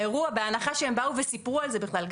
לאירוע בהנחה שהן באו וסיפרו על זה בכלל.